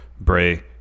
Bray